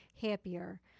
happier